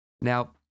Now